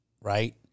right